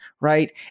right